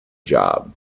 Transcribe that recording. job